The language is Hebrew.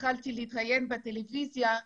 התחלתי להתראיין בטלוויזיה,